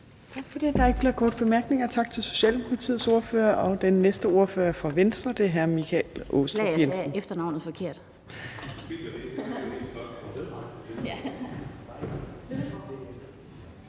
Tak for det. Der er ikke nogen korte bemærkninger til Socialdemokratiets ordfører. Den næste ordfører er fra Venstre, og det er hr. Michael Aastrup Jensen.